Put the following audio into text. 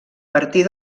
partir